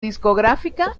discográfica